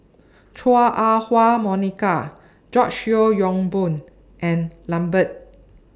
Chua Ah Huwa Monica George Yeo Yong Boon and Lambert